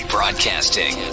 Broadcasting